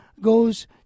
goes